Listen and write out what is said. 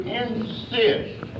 insist